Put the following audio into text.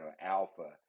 alpha